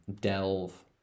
delve